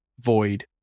void